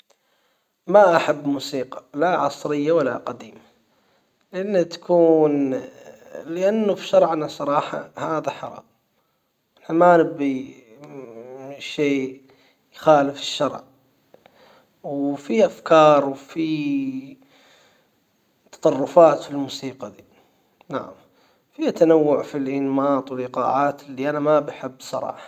ما احب موسيقى لا عصرية ولا قديمة. لانه تكون لانه في شرعنا صراحة هذا حرام. احنا ما نبي شيء يخالف الشرع. وفي افكار وفي تطرفات في الموسيقى ذي نعم. في تنوع في الانماط والايقاعات اللي انا ما بحب صراحة